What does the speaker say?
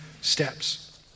steps